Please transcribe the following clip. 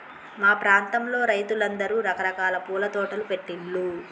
మా ప్రాంతంలో రైతులందరూ రకరకాల పూల తోటలు పెట్టిన్లు